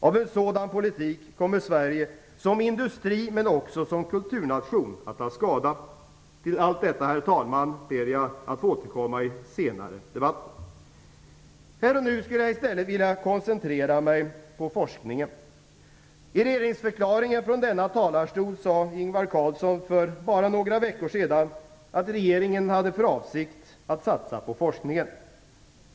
Av en sådan politik kommer Sverige som industrimen också kulturnation att ta skada. Till allt detta ber jag, herr talman, att få återkomma i senare debatter. Här och nu skulle jag i stället vilja koncentrera mig på forskningen. Ingvar Carlsson för bara några veckor sedan att regeringen hade för avsikt att satsa på forskningen.